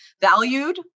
valued